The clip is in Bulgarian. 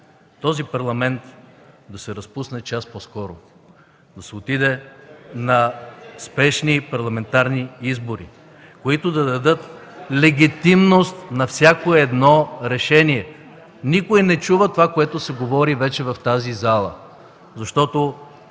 този Парламент да се разпусне час по-скоро, да се отиде на спешни парламентарни избори, които да дадат легитимност на всяко едно решение. Никой не чува това, което се говори вече в тази зала, защото